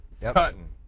Cutting